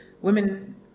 women